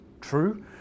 true